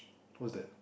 what's that